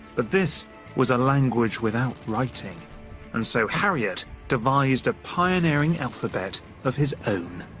but this was a language without writing and so harriot devised a pioneering alphabet of his own.